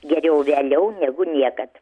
geriau vėliau negu niekad